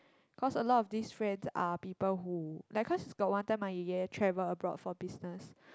cause a lot these friends are people who like because is got like one time my 爷爷 travel abroad for business